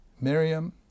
Miriam